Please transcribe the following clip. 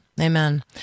Amen